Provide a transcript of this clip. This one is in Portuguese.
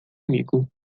amigo